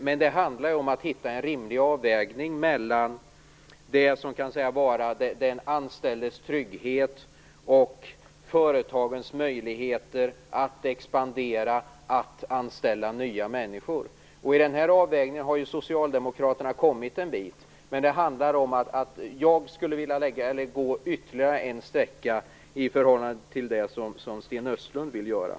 Men det handlar ju om att finna en rimlig avvägning mellan det som kan sägas vara den anställdes trygghet och företagens möjligheter att expandera och anställa nya människor. I denna avvägning har ju Socialdemokraterna kommit en bit. Men jag skulle vilja gå ytterligare en bit i förhållande till vad Sten Östlund vill göra.